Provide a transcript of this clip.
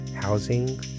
housing